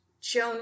Joan